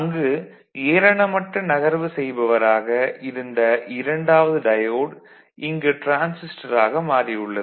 அங்கு ஏரணமட்ட நகர்வு செய்பவராக இருந்த இரண்டாவது டயோடு இங்கு டிரான்சிஸ்டராக மாறி உள்ளது